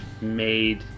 made